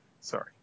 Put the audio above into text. Sorry